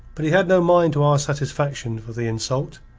but he had no mind to ask satisfaction for the insult.